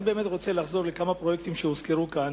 אני רוצה לחזור לכמה פרויקטים שהוזכרו כאן